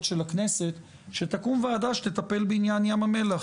של הכנסת ועדה שתטפל בעניין ים המלח,